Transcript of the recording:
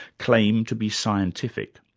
claim to be scientific,